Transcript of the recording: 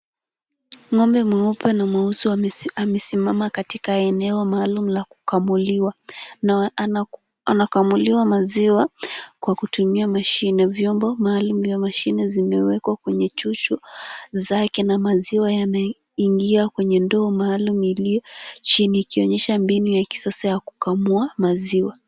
Ng'ombe mweupe na mweusi amesimama katika eneo maalum la kukamuliwa na anakamuliwa maziwa kwa kutumia mashine. Vyombo maalum ya mashine zimeekwa kwenye chuchu zake na maziwa yanaingia kwenye ndoo maalum iliyo chini ikionyesha mbinu ya kisasa ya kukamua maziwa.